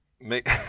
Make